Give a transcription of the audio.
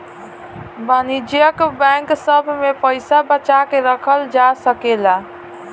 वाणिज्यिक बैंक सभ में पइसा बचा के रखल जा सकेला